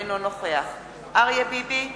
אינו נוכח אריה ביבי,